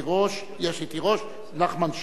תירוש, נחמן שי.